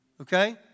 Okay